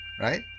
right